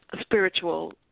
spiritual